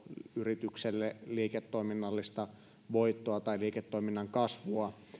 yritykselle liiketoiminnallista voittoa tai liiketoiminnan kasvua